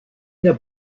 n’a